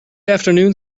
afternoon